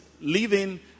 living